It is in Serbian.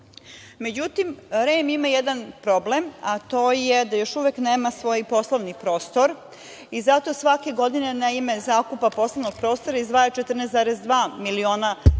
Srbije.Međutim, REM ima jedan problem, a to je da još uvek nema svoj poslovni prostor i zato svake godine na ime zakupa poslovnog prostora izdvaja 14,2 miliona je